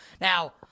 Now